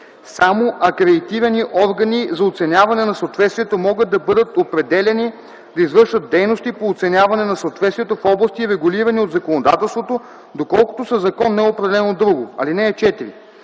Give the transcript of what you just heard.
Само акредитирани органи за оценяване на съответствието могат да бъдат определяни да извършват дейности по оценяване на съответствието в области, регулирани от законодателството, доколкото със закон не е определено друго. (4) Този